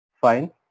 fine